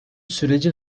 süreci